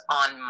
on